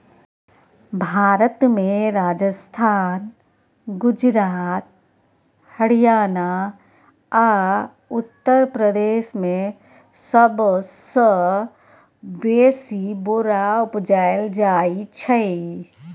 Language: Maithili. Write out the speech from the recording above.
भारत मे राजस्थान, गुजरात, हरियाणा आ उत्तर प्रदेश मे सबसँ बेसी बोरा उपजाएल जाइ छै